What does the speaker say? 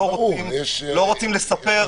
עוד אומר - יש סברה,